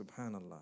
Subhanallah